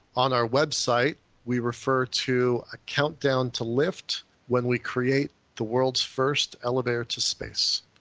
on our website we refer to a countdown to lift when we create the world's first elevator to space.